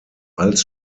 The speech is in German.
als